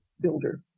builder